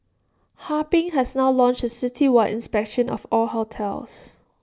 Harbin has now launched A citywide inspection of all hotels